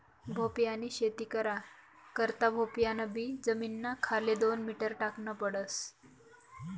भोपयानी शेती करा करता भोपयान बी जमीनना खाले दोन मीटर टाकन पडस